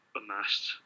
amassed